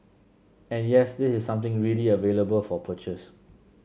and yes this is something really available for purchase